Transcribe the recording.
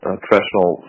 professional